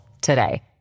today